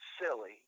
silly